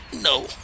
No